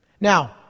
Now